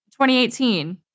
2018